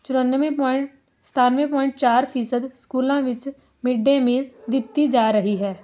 ਚਰਾਨਵੇਂ point ਸਤਾਨਵੇਂ point ਚਾਰ ਫੀਸਦ ਸਕੂਲਾਂ ਵਿੱਚ ਮਿਡ ਡੇ ਮੀਲ ਦਿੱਤੀ ਜਾ ਰਹੀ ਹੈ